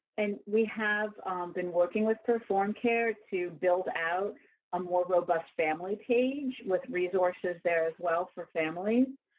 and we have been working with perform care to build out a more robust family page with resources there as well for families.